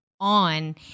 on